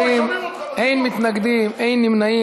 30 תומכים, אין מתנגדים, אין נמנעים.